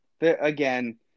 Again